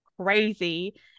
crazy